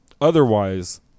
Otherwise